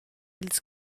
ils